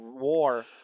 War